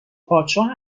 پادشاه